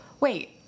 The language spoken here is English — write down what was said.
wait